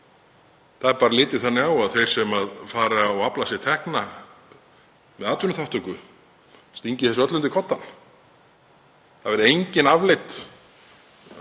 Það er bara litið þannig á að þeir sem fara og afla sér tekna með atvinnuþátttöku stingi þessu öllu undir koddann, það verði engar afleiddar